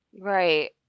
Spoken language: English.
Right